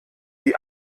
die